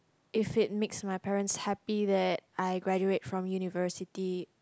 if it makes my parents happy that I graduate from University